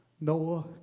Noah